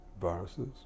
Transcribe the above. viruses